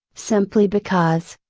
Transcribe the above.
simply because,